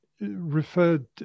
referred